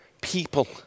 people